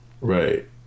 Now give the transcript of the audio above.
Right